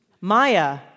Maya